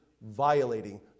violating